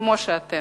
כמו שאתן.